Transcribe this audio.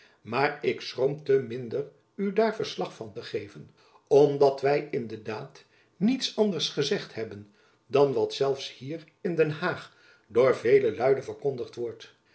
maar ik schroom te minder u daar verslag van te geven om jacob van lennep elizabeth musch dat wy in de daad niets anders gezegd hebben dan wat zelfs hier in den haag door velen luide verkondigd wordt